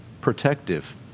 protective